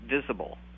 visible